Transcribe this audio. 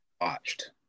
watched